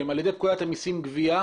ועושים זאת על ידי פקודת המסים (גבייה),